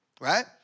right